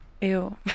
ew